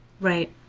right